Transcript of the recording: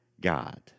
God